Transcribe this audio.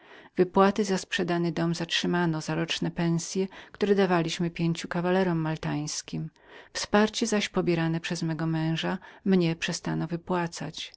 wypłaty za dom sprzedany zatrzymano za roczne pensye które dawaliśmy pięciu kawalerom maltańskim wsparcie zaś pobierane przez mego męża dla mnie